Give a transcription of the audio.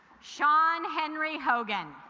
shawn henry hogan